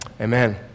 Amen